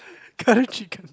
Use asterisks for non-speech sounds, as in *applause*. *laughs* curry chicken